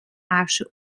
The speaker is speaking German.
asche